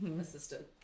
assistant